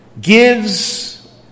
gives